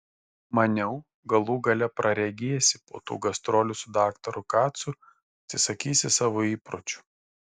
maniau galų gale praregėsi po tų gastrolių su daktaru kacu atsisakysi savo įpročių